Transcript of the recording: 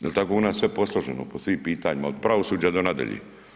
Jer tako je u nas sve posloženo, po svim pitanjima, od pravosuđa do nadalje.